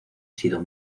sido